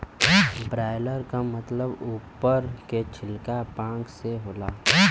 broiler क मतलब उप्पर के छिलका पांख से होला